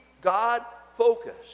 God-focused